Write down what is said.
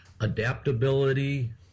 adaptability